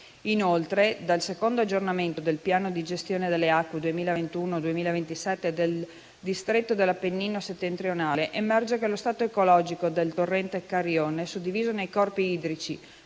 Inoltre, dal secondo aggiornamento del piano di gestione delle acque 2021-2027 del distretto dell'Appennino settentrionale, emerge che lo stato ecologico del torrente Carrione, suddiviso nei corpi idrici